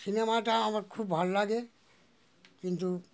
সিনেমাটা আমার খুব ভাল লাগে কিন্তু